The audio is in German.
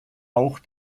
auch